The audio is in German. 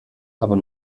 aber